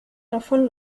davon